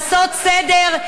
לעשות סדר,